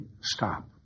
Stop